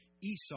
Esau